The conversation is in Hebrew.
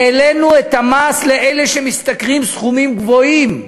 העלינו את המס לאלה שמשתכרים סכומים גבוהים.